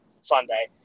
Sunday